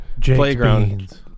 playground